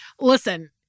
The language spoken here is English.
listen